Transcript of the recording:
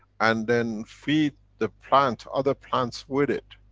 and then feed the plant, other plants, with it.